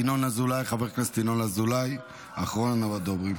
חבר הכנסת ינון אזולאי, אחרון הדוברים.